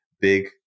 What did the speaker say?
big